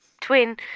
twin